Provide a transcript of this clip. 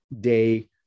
day